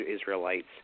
Israelites